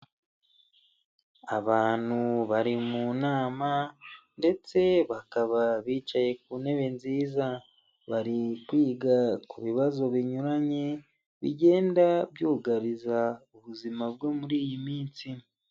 Abantu bari mu nama ndetse bakaba bicaye ku ntebe nziza, bari kwiga ku bibazo binyuranye bigenda byugariza ubuzima bwo muri iyi minsi.